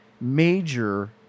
major